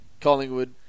Collingwood